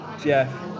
Jeff